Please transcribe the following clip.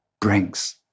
brings